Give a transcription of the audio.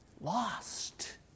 lost